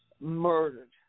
murdered